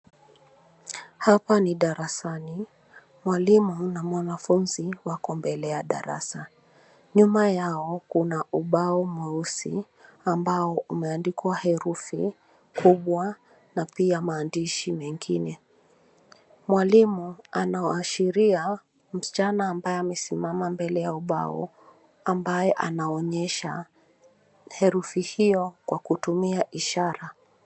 Hapa ni darasani, mwalimu na mwanafunzi wako mbele ya darasa. Nyuma yao kuna ubao mweusi ambao umeandikwa herufi kubwa na pia maandishi mengine. Mwalimu anaashiria msichana ambaye amesimama mbele ya ubao ambaye anaonyesha herufi hiyo kwa kutumia ishara.